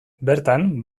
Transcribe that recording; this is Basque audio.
bertan